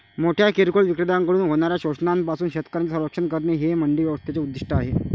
मोठ्या किरकोळ विक्रेत्यांकडून होणाऱ्या शोषणापासून शेतकऱ्यांचे संरक्षण करणे हे मंडी व्यवस्थेचे उद्दिष्ट आहे